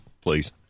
please